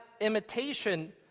imitation